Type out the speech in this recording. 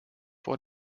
vor